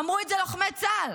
אמרו את זה לוחמי צה"ל,